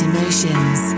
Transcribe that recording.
Emotions